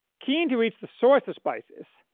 keen to reach the source of spices,